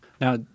Now